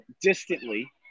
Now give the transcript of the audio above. distantly